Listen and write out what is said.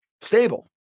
stable